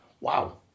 wow